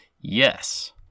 Yes